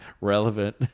relevant